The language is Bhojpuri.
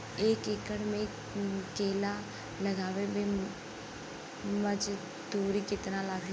एक एकड़ में केला लगावे में मजदूरी कितना लागी?